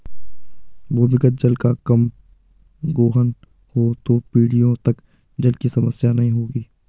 भूमिगत जल का कम गोहन हो तो पीढ़ियों तक जल की समस्या नहीं होगी